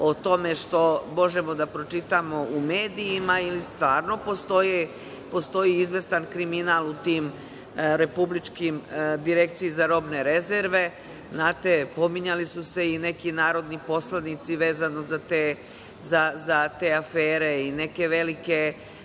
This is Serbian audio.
o tome što možemo da pročitamo u medijima, ili stvarno postoji izvestan kriminal u republičkoj Direkciji za robne rezerve? Znate, pominjali su se i neki narodni poslanici, vezano za te afere, neke velike